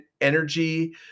energy